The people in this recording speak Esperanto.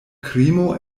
krimo